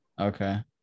okay